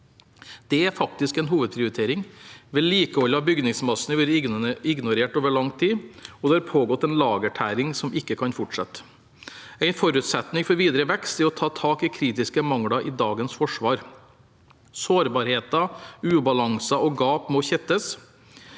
Det er faktisk en hovedprioritering. Vedlikehold av bygningsmassen har vært ignorert over lang tid, og det har pågått en lagertæring som ikke kan fortsette. En forutsetning for videre vekst er å ta tak i kritiske mangler i dagens forsvar. Sårbarheter, ubalanser og gap må tettes.